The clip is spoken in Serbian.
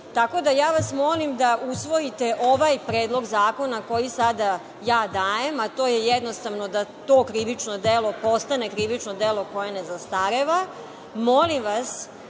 Evrope. Molim vas, da usvojite ovaj predlog zakona koji sada ja dajem, a to je jednostavno da to krivično delo postane krivično delo koje ne zastareva.